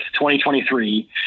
2023